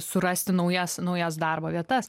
surasti naujas naujas darbo vietas